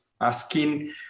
asking